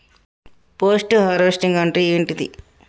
Post harvesting అంటే ఏంటిది?